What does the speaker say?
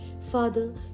Father